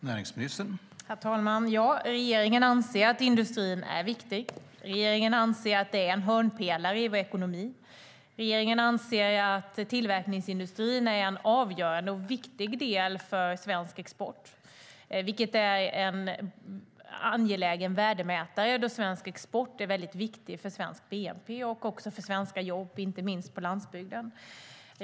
Herr talman! Regeringen anser att industrin är viktig. Regeringen anser att den är en hörnpelare i vår ekonomi. Regeringen anser att tillverkningsindustrin är en avgörande och viktig del för svensk export, vilket är en angelägen värdemätare, då svensk export är viktig för svensk bnp och för svenska jobb, inte minst på landsbygden.